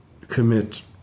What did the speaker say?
commit